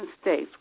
states